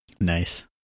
nice